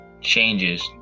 changes